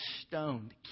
stoned